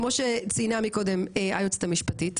כמו שציינה מקודם היועצת המשפטית,